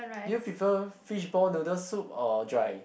do you prefer fishball noodle soup or dried